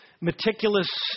meticulous